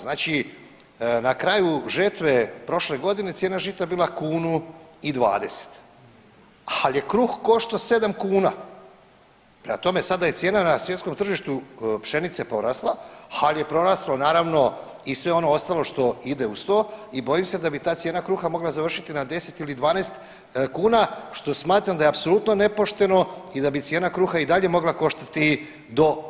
Znači na kraju žetve prošle godine cijena žita je bila kunu i 20, ali je kruh koštao sedam kuna, prema tome sada je cijena na svjetskom tržištu pšenice porasla, ali je poraslo naravno i sve ono ostalo što ide uz to i bojim se da bi ta cijena kruha mogla završiti na 10 ili 12 kuna, što smatram da je apsolutno nepošteno i da bi cijena kruha i dalje mogla koštati do sedam kuna.